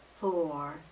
four